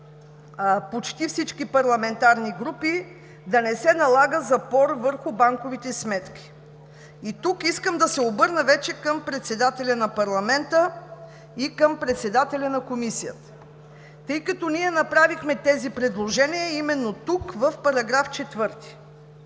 почти всички парламентарни групи – да не се налага запор върху банковите сметки. Тук искам да се обърна към председателя на парламента и към председателя на Комисията, тъй като ние направихме тези предложения именно тук, в § 4.